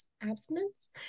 abstinence